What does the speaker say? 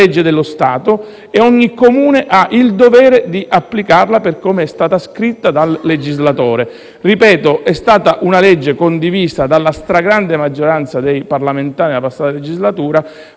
legge dello Stato e ogni Comune ha il dovere di applicarla per come è stata scritta dal legislatore. Ribadisco che si tratta di una legge condivisa dalla stragrande maggioranza dei parlamentari nella scorsa legislatura.